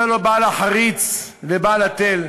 אומר לו בעל החריץ לבעל התל,